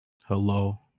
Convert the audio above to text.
Hello